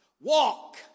Walk